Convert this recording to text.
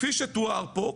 כפי שתואר פה,